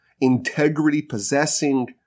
integrity-possessing